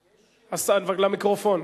למיקרופון.